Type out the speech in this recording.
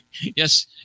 Yes